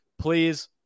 Please